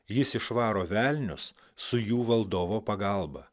jis išvaro velnius su jų valdovo pagalba